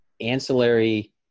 ancillary